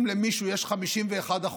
אם למישהו יש 51%,